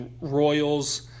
Royals